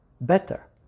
better